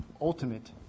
ultimate